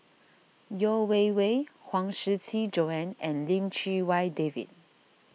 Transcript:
Yeo Wei Wei Huang Shiqi Joan and Lim Chee Wai David